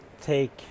take